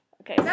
Okay